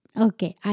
Okay